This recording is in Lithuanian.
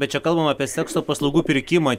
bet čia kalbam apie sekso paslaugų pirkimą